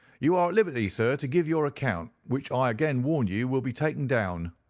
you are at liberty, sir, to give your account, which i again warn you will be taken down.